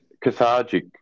cathartic